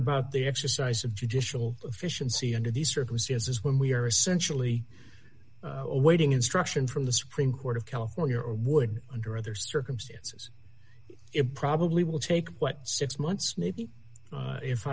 about the exercise of judicial fish and see under these circumstances when we are essentially awaiting instruction from the supreme court of california or would under other circumstances it probably will take six months maybe